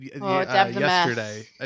yesterday